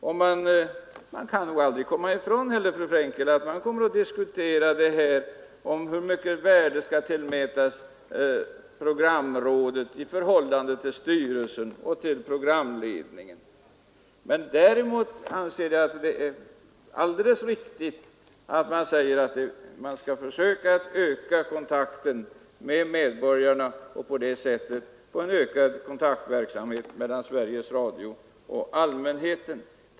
Vi kan aldrig komma ifrån, fru Frankel, att man kommer att diskutera programrådets värde i förhållande till styrelse och programledning. Däremot är det riktigt när man säger att kontakten bör ökas med medborgarna för att på så sätt förbättra kontaktverksamheten mellan Sveriges Radio och allmänheten.